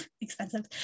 expensive